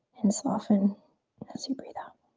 and soften as you breathe out.